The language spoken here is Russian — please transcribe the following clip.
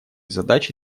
задачи